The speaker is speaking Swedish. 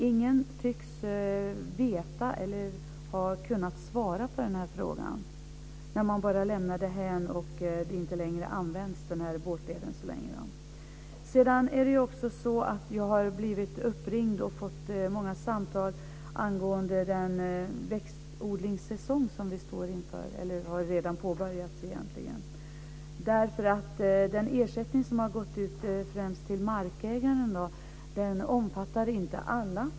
Ingen tycks veta eller har kunnat svara på den här frågan. Man lämnar bara detta därhän, och de här båtlederna används inte längre. Sedan har jag också blivit uppringd och fått många samtal angående den växtodlingssäsong som vi står inför eller som egentligen redan har påbörjats. Den ersättning som har gått ut till främst markägarna omfattar inte alla.